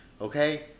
Okay